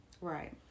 Right